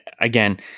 again